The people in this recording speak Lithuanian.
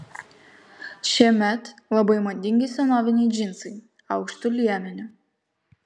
šiemet labai madingi senoviniai džinsai aukštu liemeniu